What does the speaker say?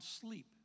sleep